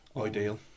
ideal